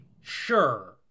sure